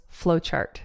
flowchart